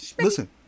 Listen